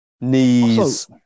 knees